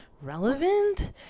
relevant